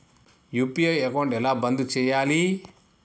UPI account ఎలా బంద్ చేయాలి?